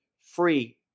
free